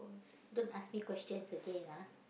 don't ask me questions again ah